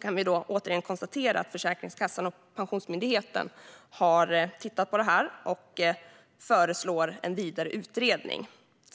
kan vi återigen konstatera att Försäkringskassan och Pensionsmyndigheten har tittat på detta och föreslår en vidare utredning.